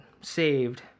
saved